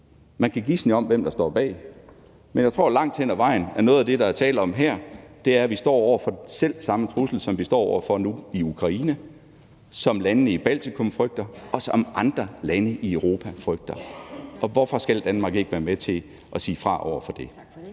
Man kan gisne om, hvem der står bag, men jeg tror langt hen ad vejen, at noget af det, der er tale om her, er, at vi står over for den selv samme trussel, som vi står over for nu i Ukraine, som landene i Baltikum frygter, og som andre lande i Europa frygter. Og hvorfor skal Danmark ikke være med til at sige fra over for det? Kl.